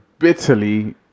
bitterly